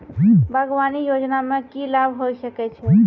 बागवानी योजना मे की लाभ होय सके छै?